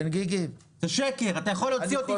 זה שקר, אתה יכול להוציא אותי.